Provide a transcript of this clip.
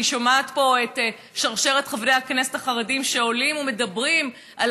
אני שומעת פה את שרשרת חברי הכנסת החרדים שעולים ומדברים על